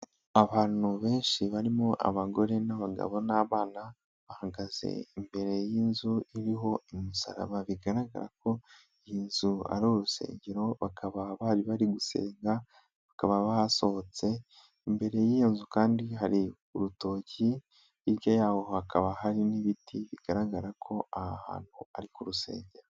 Abantu benshi barimo abagore n'abagabo n'abana, bahagaze imbere y'inzu iriho umusaraba bigaragara ko iyi nzu ari urusengero, bakaba bari bari gusenga bakaba bahasohotse, imbere y'iyo nzu kandi hari urutoki, hirya yaho hakaba hari n'ibiti bigaragara ko aha hantu ari ku rusengero.